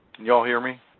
you all hear me?